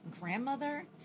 grandmother